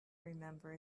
remember